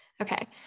Okay